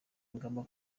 ingamba